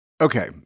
Okay